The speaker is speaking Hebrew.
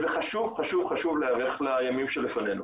וחשוב חשוב להיערך לימים שלפנינו,